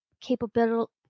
capability